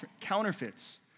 counterfeits